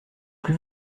plus